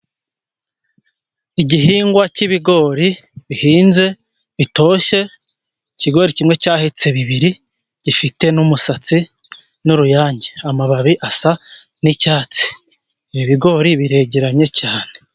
Igihingwa cy' ibigori bihinze bitoshye; ikigori kimwe cyahetse bibiri gifite n' umusatsi, n' uruyange amababi asa n' icyatsi, ibi bigori biregeranye cyane.